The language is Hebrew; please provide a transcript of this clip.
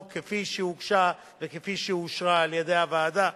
כפי שהוגשה וכפי שאושרה על-ידי הוועדה.